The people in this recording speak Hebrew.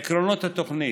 עקרונות התוכנית: